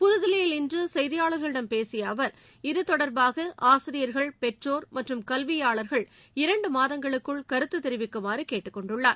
புத்தில்லியில் இன்று செய்தியாளர்களிடம் பேசிய அவர் இதுதொடர்பாக ஆசிரியர்கள் பெற்றோர்கள் மற்றும் கல்வியாளர்கள் இரண்டு மாதங்களுக்குகள் கருத்து தெரிவிக்குமாறு கேட்டுக் கொண்டுள்ளார்